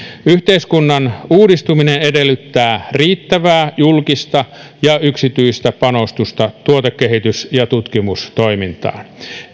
yhteiskunnan uudistuminen edellyttää riittävää julkista ja yksityistä panostusta tuotekehitys ja tutkimustoimintaan